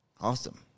Awesome